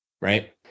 right